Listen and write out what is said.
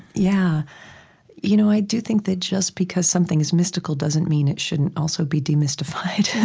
yeah you know i do think that just because something is mystical doesn't mean it shouldn't also be demystified.